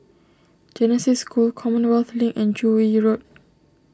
Genesis School Commonwealth Link and Joo Yee Road